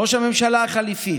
ראש הממשלה החליפי